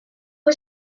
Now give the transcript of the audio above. was